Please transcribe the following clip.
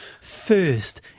first